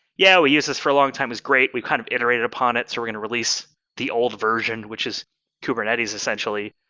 yeah, we used this for a long time. it's great. we've kind of iterated upon it, so we're going to release the old version, which his kubernetes, essentially.